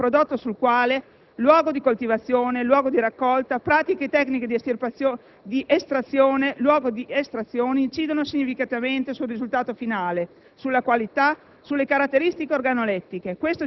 di origine vergine ed extravergine, un prodotto sul quale luogo di coltivazione, luogo di raccolta, pratiche tecniche di estrazione e luogo di estrazione incidono significativamente sul risultato finale, sulla qualità,